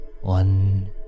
one